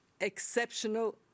exceptional